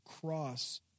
cross